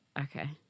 Okay